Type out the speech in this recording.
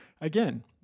Again